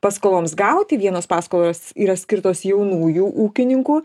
paskoloms gaut tai vienos paskolos yra skirtos jaunųjų ūkininkų